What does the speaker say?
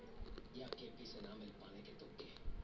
वही के इकट्ठा कर के पका क रबड़ बनेला